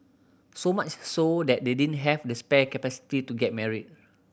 so much so that they didn't have the spare capacity to get married